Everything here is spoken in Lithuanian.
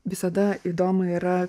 visada įdomu yra